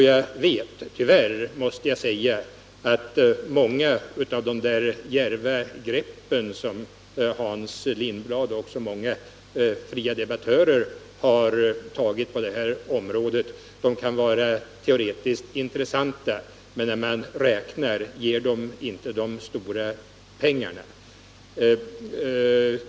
Jag vet att många av de där djärva greppen som Hans Lindblad och många fria debattörer tagit på det här området tyvärr kan vara teoretiskt intressanta, men när man räknar ger de inte de stora pengarna.